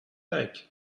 like